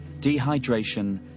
dehydration